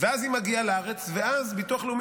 ואז היא מגיעה לארץ ואז הביטוח הלאומי